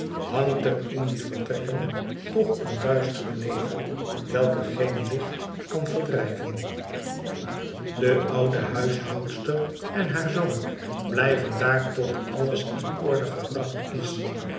hangt er in die vertrekken toch een duistere nevel welke geen licht kan verdrijven de oude huishoudster en haar zoon blijven daar tot alles in orde gebracht is